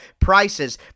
prices